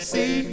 See